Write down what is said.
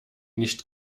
nicht